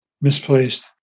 misplaced